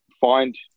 find